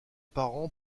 parents